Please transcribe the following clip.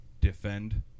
defend